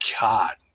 God